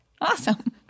Awesome